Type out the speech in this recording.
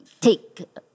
take